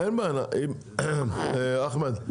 אחמד,